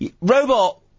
Robot